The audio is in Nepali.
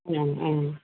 अँ अँ